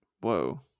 Whoa